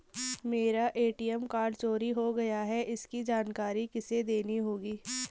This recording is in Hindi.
मेरा ए.टी.एम कार्ड चोरी हो गया है इसकी जानकारी किसे देनी होगी?